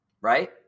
right